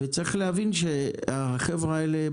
צריך להבין שהחבר'ה האלה,